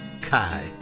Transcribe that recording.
Kai